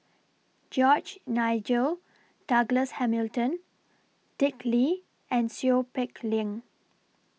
George Nigel Douglas Hamilton Dick Lee and Seow Peck Leng